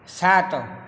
ସାତ